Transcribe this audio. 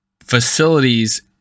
Facilities